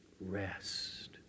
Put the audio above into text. Rest